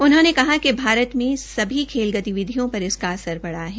उन्होंने कहा कि भारत में सभी खेल गतिविधियों पर इसका असर पड़ा है